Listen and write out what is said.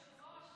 היושב-ראש,